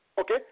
Okay